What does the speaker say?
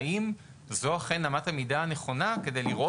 האם זו אכן אמת המידה הנכונה כדי לראות